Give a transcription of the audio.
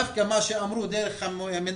מה שאמרו שזה יהיה דרך המנהלים,